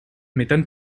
m’étonne